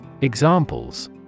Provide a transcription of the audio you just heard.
Examples